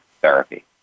therapy